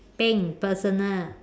think personal